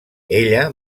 ella